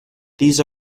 these